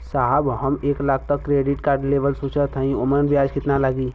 साहब हम एक लाख तक क क्रेडिट कार्ड लेवल सोचत हई ओमन ब्याज कितना लागि?